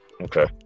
Okay